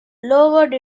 lowered